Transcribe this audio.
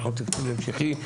אנחנו בתקציב המשכי,